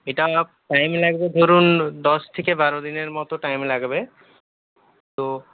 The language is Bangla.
এটা টাইম লাগবে ধরুন দশ থেকে বারো দিনের মতো টাইম লাগবে তো